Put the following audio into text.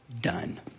done